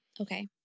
Okay